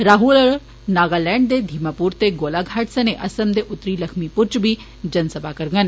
राहुल होर नागालैंड दे धीमापुर ते गोलाघाट सने असम दे उत्तरी लखहीमपुर इच बी जनसभा करङन